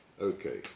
Okay